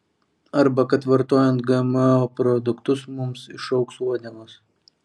arba kad vartojant gmo produktus mums išaugs uodegos